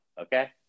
okay